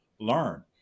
learn